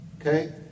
Okay